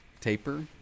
Taper